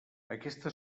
aquesta